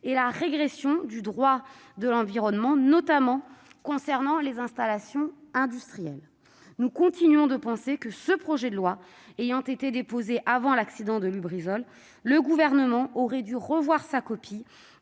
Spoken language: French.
et la régression du droit de l'environnement, notamment concernant les installations industrielles. Nous continuons de penser que, ce projet de loi ayant été déposé avant l'accident de Lubrizol, le Gouvernement aurait dû revoir sa copie,